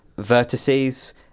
vertices